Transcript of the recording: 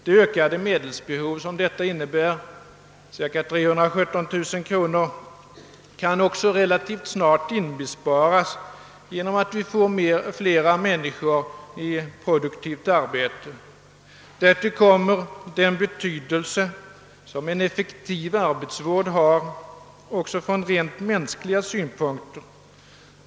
Det ökade medelsbehov som detta innebär, cirka 317000 kronor, kan också relativt snart inbesparas genom att vi får flera människor i produktivt arbete. Därtill kommer den betydelse som en effektiv arbetsvård har också från rent mänskliga synpunkter.